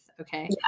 Okay